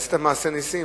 עשית מעשה נסים,